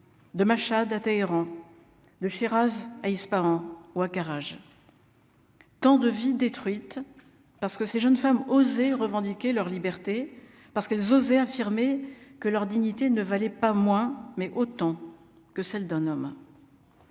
de Machhad à Téhéran de Chiraz à Ispahan ou à Karaj. Tant de vies détruites parce que ces jeunes femmes oser revendiquer leur liberté parce qu'elles osaient affirmer que leur dignité ne valait pas moins, mais autant que celle d'un homme,